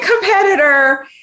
competitor